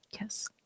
yes